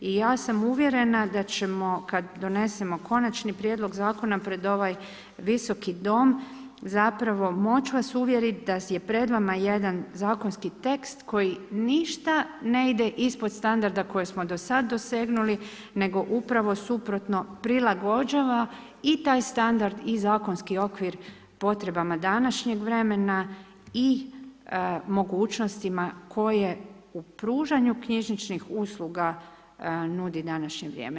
I ja sam uvjerena da ćemo kad donesemo konačni prijedlog zakona pred ovaj visoko dom, zapravo moć vas uvjeriti da je pred vama jedan zakonski tekst koji ništa ne ide ispod standarda koji smo do sad dosegnuli, nego upravo suprotno, prilagođava i taj standard i zakonski okvir potrebama današnjeg vremena i mogućnostima koje u pružanju knjižničnih usluga nudi današnje vrijeme.